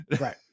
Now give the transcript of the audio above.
right